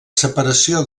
separació